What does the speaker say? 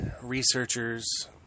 researchers